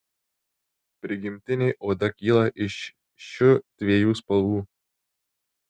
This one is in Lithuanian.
prigimtinė oda kyla iš šiu dviejų spalvų